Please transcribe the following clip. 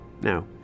Now